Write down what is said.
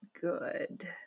good